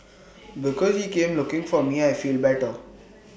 because he came looking for me I feel better